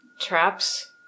Traps